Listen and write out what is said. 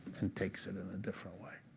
and takes it in a different way.